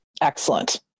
excellent